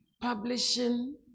publishing